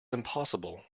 impossible